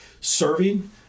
serving